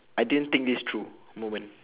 I didn't think this through moment